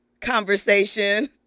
conversation